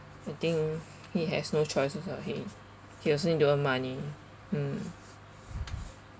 I think he has no choice also lah he he also need to earn money hmm